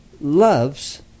loves